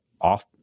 off